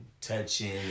touching